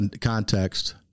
context